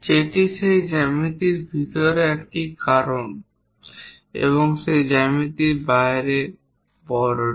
যেটি সেই জ্যামিতির ভিতরের একটি কারণ এবং সেই জ্যামিতির বাইরে বড়টি